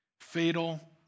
fatal